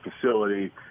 facility